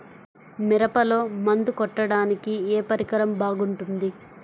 మిరపలో మందు కొట్టాడానికి ఏ పరికరం బాగుంటుంది?